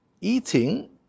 eating